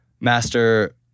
master